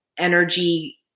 energy